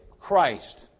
Christ